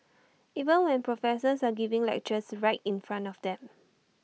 even when professors are giving lectures right in front of them